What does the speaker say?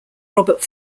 robert